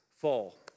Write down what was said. fall